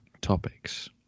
topics